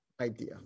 idea